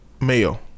Male